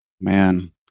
man